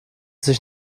sich